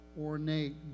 ornate